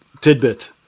tidbit